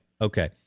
okay